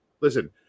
Listen